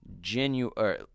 genuine